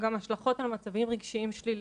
אנחנו נתחיל כי יש לנו לוח זמנים מאוד מאוד ארוך וצפוף,